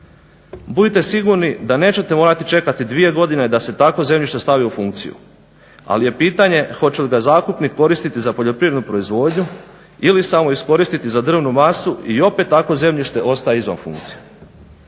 Budite sigurni da nećete morati čekati dvije godine da se takvo zemljište stavi u funkciju, ali je pitanje hoće li ga zakupnik koristiti za poljoprivrednu proizvodnju ili samo iskoristiti za drvnu masu i opet takvo zemljište ostaje izvan funkcije.